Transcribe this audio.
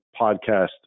podcast